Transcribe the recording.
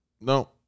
No